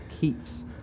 keeps